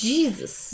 Jesus